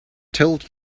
told